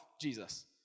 Jesus